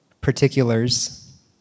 particulars